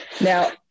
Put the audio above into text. Now